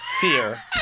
fear